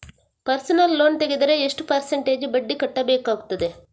Personal loan ತೆಗೆದರೆ ಎಷ್ಟು percentage ಬಡ್ಡಿ ಕಟ್ಟಬೇಕಾಗುತ್ತದೆ?